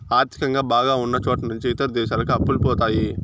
ఆర్థికంగా బాగా ఉన్నచోట నుంచి ఇతర దేశాలకు అప్పులు పోతాయి